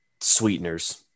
sweeteners